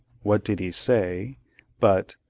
what did he say but,